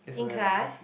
in class